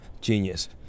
Genius